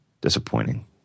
disappointing